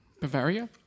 Bavaria